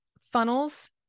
funnels